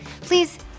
please